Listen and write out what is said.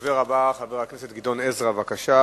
הדובר הבא הוא חבר הכנסת גדעון עזרא, בבקשה.